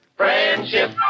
Friendship